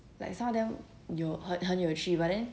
like some of them 有很有趣 but then